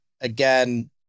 again